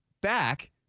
back